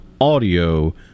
audio